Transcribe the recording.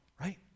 right